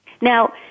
Now